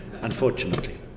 unfortunately